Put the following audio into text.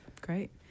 Great